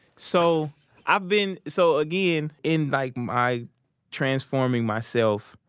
so i've been, so again, in like my transforming myself,